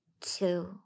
two